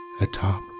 atop